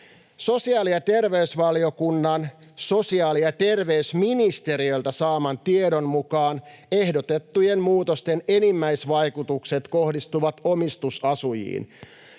”Sosiaali- ja terveysvaliokunnan sosiaali- ja terveysministeriöltä saaman tiedon mukaan ehdotettujen muutosten enimmäisvaikutukset kohdistuvat omistusasujiin,